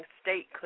state